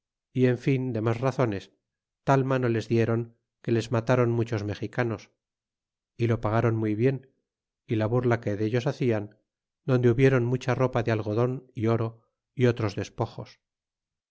y en fin dernas razones tal mano les dieron que les mataron muchos mexicanos y lo pagaron muy bien é la burla que dellos bacian donde hubieron mucha ropa de algodon y ora y otros despojos